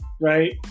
Right